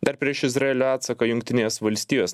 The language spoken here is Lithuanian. dar prieš izraelio atsaką jungtinės valstijos